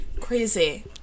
crazy